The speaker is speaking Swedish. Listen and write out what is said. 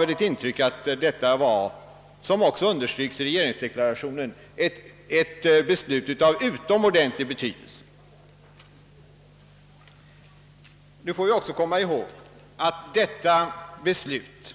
Detta beslut var — vilket också understrykes i regeringsdeklarationen — av utomordentlig betydelse. Vi får också komma ihåg att detta beslut,